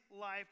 life